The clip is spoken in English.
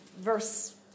verse